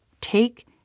Take